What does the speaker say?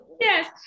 Yes